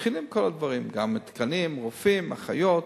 מתחילים בכל הדברים, גם תקנים, רופאים, אחיות.